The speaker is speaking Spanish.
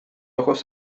ojos